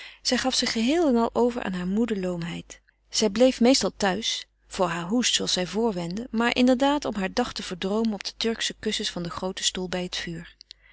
zij gaf zich geheel en al over aan hare moede loomheid zij bleef meestal thuis voor haar hoest zooals zij voorwendde maar inderdaad om haar dag te verdroomen op de turksche kussens van den grooten stoel bij het vuur